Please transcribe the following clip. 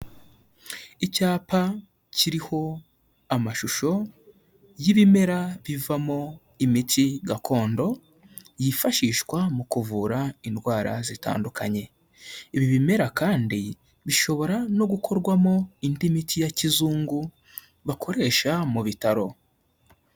Icyapa kiriho amashusho y'ibimera bivamo imiti gakondo, yifashishwa mu kuvura indwara zitandukanye, ibi bimera kandi bishobora no gukorwamo indi miti ya kizungu bakoresha mu bitaro.